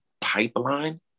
pipeline